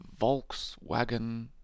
Volkswagen